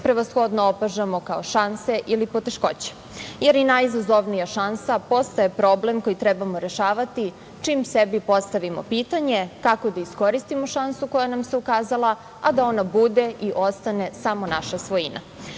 prevashodno opažamo kao šanse ili poteškoće, jer i najizazovnija šansa postaje problem koji trebamo rešavati čim sebi postavimo pitanje kako da iskoristimo šansu koja nam se ukazala, a da ona bude i ostane samo naša